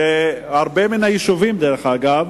היא שבהרבה מן היישובים, דרך אגב,